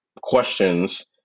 questions